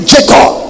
Jacob